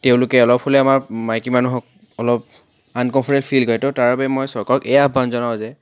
তেওঁলোকে অলপ হ'লেও আমাৰ মাইকী মানুহক অলপ আনকম্ফ'ৰ্টেবল ফিল কৰে তো তাৰ বাবে মই চৰকাৰক এই আহ্বান জনাওঁ যে